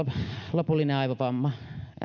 lopullinen aivovamma